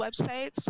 websites